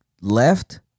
left